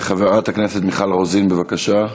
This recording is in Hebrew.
חברת הכנסת מיכל רוזין, בבקשה.